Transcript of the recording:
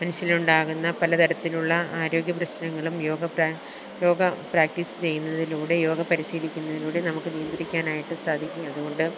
മനുഷ്യന് ഉണ്ടാകുന്ന പല തരത്തിലുള്ള ആരോഗ്യ പ്രശ്നങ്ങളും യോഗ പ്രാ യോഗ പ്രാക്റ്റീസ് ചെയ്യുന്നതിലൂടെ യോഗ പരിശീലിക്കുന്നതിലൂടെ നമുക്ക് നിയന്ത്രിക്കാനായിട്ട് സാധിക്കും അതുകൊണ്ട്